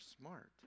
smart